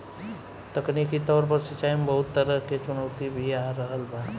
तकनीकी तौर पर सिंचाई में बहुत तरह के चुनौती भी आ रहल बा